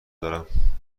دارم